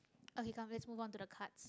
okay come let's move on to the cards